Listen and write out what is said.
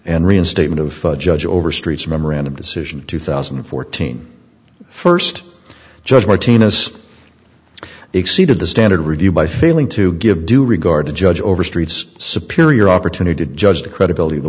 and reinstatement of judge over streets memorandum decision two thousand and fourteen first judge mightiness exceeded the standard review by failing to give due regard to judge over streets superior opportunity to judge the credibility of the